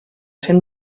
cent